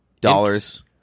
dollars